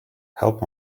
help